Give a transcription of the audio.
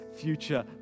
future